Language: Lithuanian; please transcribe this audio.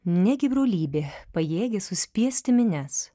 negi brolybė pajėgi suspiesti minias